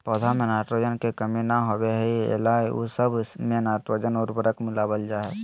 पौध में नाइट्रोजन के कमी न होबे एहि ला उ सब मे नाइट्रोजन उर्वरक मिलावल जा हइ